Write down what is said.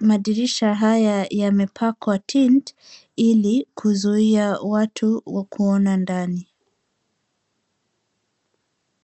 madirisha haya yamepakwa tint ili kuzuia watu kuona ndani.